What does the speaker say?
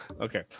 Okay